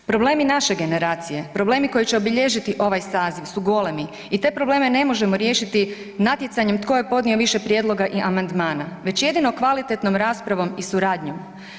Problemi naše generacije, problemi koji će obilježiti ovaj saziv su golemi i te probleme ne možemo riješiti natjecanjem tko je podnio više prijedloga i amandmana, već jedino kvalitetom raspravom i suradnjom.